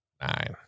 Nine